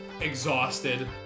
exhausted